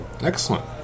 Excellent